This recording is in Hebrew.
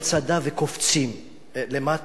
וצדק מצד אחד כפי שמבוטא פה על-ידי מיליון וחצי ערבים,